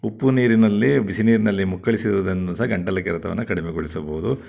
ಉಪ್ಪು ನೀರಿನಲ್ಲಿ ಬಿಸಿ ನೀರಿನಲ್ಲಿ ಮುಕ್ಕಳಿಸುವುದನ್ನು ಸಹ ಗಂಟಲು ಕೆರೆತವನ್ನು ಕಡಿಮೆಗೊಳಿಸಬೌದು